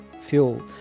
fuel